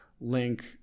link